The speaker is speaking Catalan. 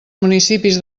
municipis